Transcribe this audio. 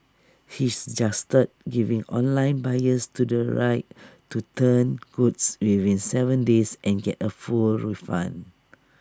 he suggested giving online buyers the right to return goods within Seven days and get A full refund